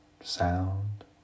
sound